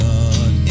God